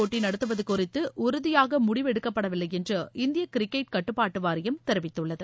போட்டிநடத்துவதுகுறித்துஉறுதியானமுடிவெடுக்கப்படவில்லைஎன்று இந்தியகிரிக்கெட்டுகட்டுப்பாட்டுவாரியம் தெரிவித்துள்ளது